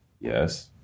Yes